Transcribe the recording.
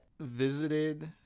visited